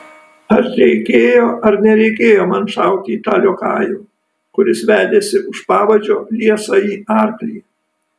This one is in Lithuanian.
ar reikėjo ar nereikėjo man šauti į tą liokajų kuris vedėsi už pavadžio liesąjį arklį